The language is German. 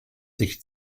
sich